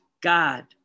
God